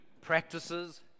practices